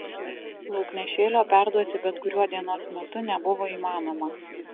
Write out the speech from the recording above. lauknešėlio perduoti bet kuriuo dienos metu nebuvo įmanoma